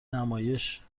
نمایش